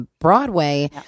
Broadway